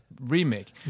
remake